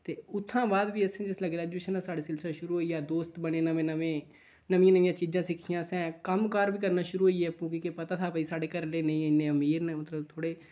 ते उत्थै दे बाद बी असें जिसलै ग्रैजुएशन दा साढ़ा सिलसिला शुरु होई गेआ दोस्त बने नमें नमें नमियां नमियां चीजां सिक्खियां असें कम्म काज बी करना शुरू होई गे आपू गै के पता था कि भई साढ़े घरै आह्ले नेईं इन्ने अमीर न मतलब थोड़े